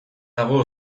dago